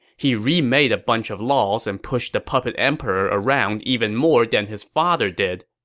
he remade a bunch of laws and pushed the puppet emperor around even more than his father did.